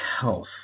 health